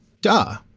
Duh